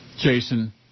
Jason